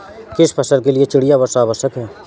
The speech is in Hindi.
किस फसल के लिए चिड़िया वर्षा आवश्यक है?